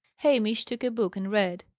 hamish took a book and read.